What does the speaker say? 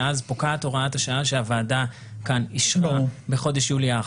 שאז פוקעת הוראת השעה שהוועדה כאן אישרה בחודש יולי האחרון.